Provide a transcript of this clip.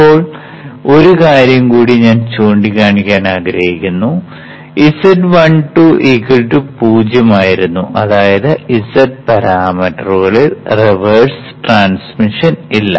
ഇപ്പോൾ ഒരു കാര്യം കൂടി ഞാൻ ചൂണ്ടിക്കാണിക്കാൻ ആഗ്രഹിക്കുന്നു z12 0 ആയിരുന്നു അതായത് z പരാമീറ്ററുകളിൽ റിവേഴ്സ് ട്രാൻസ്മിഷൻ ഇല്ല